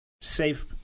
safe